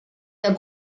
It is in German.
der